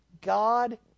God